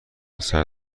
صدر